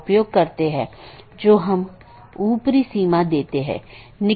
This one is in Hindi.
तो एक BGP विन्यास एक ऑटॉनमस सिस्टम का एक सेट बनाता है जो एकल AS का प्रतिनिधित्व करता है